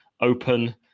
open